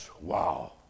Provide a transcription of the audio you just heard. wow